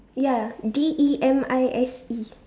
ya D E M I S E